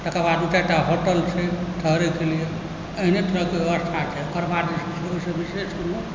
तकर बाद दू चारिटा होटल छै ठहरैके लिए एहने तरहकेँ व्यवस्था छै तकर बाद जे छै से ओहिसँ विशेष कोनो